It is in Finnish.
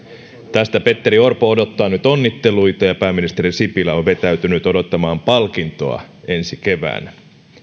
tästä petteri orpo odottaa nyt onnitteluita ja pääministeri sipilä on vetäytynyt odottamaan palkintoa ensi keväänä